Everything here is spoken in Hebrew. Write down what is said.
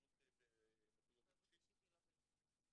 פעילות למחויבות אישית היא לא בליווי המורה.